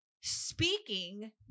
speaking